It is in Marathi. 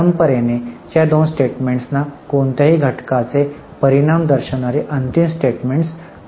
परंपरेने या दोन स्टेटमेंटना कोणत्याही घटकाचे परिणाम दर्शविणारी अंतिम स्टेटमेंट्स मानली जात होती